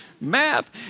math